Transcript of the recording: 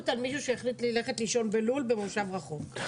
על מישהו שהחליט ללכת לישון בלול במושב רחוק.